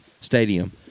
Stadium